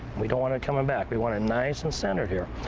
we don't want it coming back. we want it nice and centered here.